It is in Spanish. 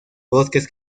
bosques